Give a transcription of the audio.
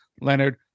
Leonard